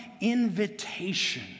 invitation